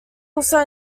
also